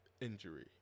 injury